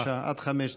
בבקשה, עד חמש דקות.